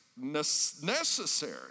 necessary